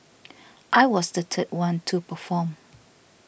I was the third one to perform